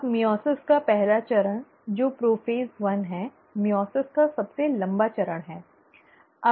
अब मइओसिस का पहला चरण जो प्रोफ़ेज़ एक है मइओसिस का सबसे लंबा चरण है